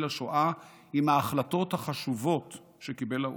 לשואה היא מההחלטות החשובות שקיבל האו"ם.